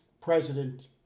president